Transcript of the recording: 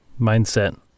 mindset